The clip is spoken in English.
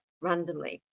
randomly